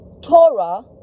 Torah